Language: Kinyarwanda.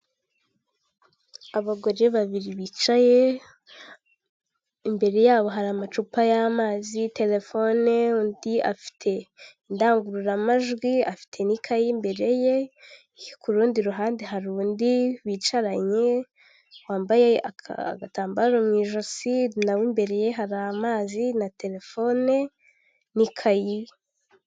Abagore babiri bicaye, imbere yabo hari amacupa y'amazi, telefone, undi afite indangururamajwi, afite n'ikayi imbere ye, ku rundi ruhande hari undi bicaranye wambaye agatambaro mu ijosi, nawe imbere ye hari amazi na telefone, n'ikayi.